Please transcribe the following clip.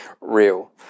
real